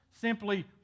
simply